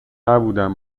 نبودم